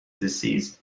deceased